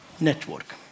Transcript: network